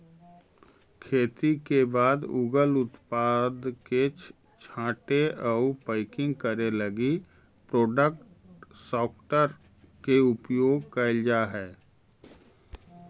खेती के बाद उगल उत्पाद के छाँटे आउ पैकिंग करे लगी प्रोडक्ट सॉर्टर के उपयोग कैल जा हई